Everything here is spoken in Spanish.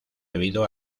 debido